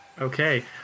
Okay